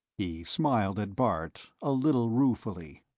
he smiled at bart, a little ruefully.